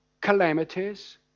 calamities